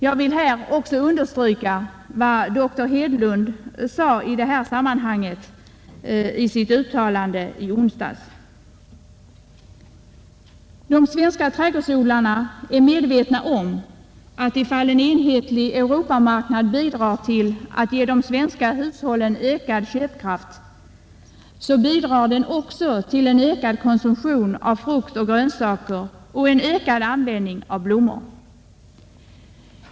Jag vill i detta sammanhang också understryka vad dr Hedlund sade i debatten i tisdags. Om en enhetlig Europamarknad bidrar till att ge de svenska hushållen ökad köpkraft, så bidrar den också till en ökad konsumtion av frukt och grönsaker och till en ökad användning av blommor — det är de svenska trädgårdsodlarna medvetna om.